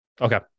Okay